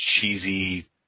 cheesy